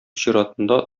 чиратында